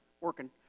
working